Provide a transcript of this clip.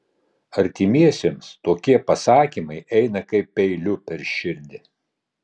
artimiesiems tokie pasakymai eina kaip peiliu per širdį